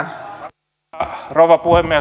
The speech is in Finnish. arvoisa rouva puhemies